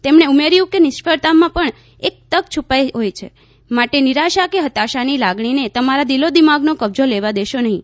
તેમણે ઉમેર્યું કે નિષ્ફળતા માં પણ એક તક છુપાઈ હોય છે માટે નિરાશા કે હતાશા ની લાગણી ને તમારા દિલોદિમાગ નો કબ્જો લેવા દેશો નહીં